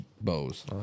bows